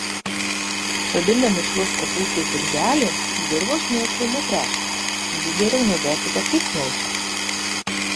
sodindami šiuos kopūstus birželį dirvos mėšlu netręškite jį geriau naudokite kaip mulčią